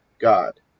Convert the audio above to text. god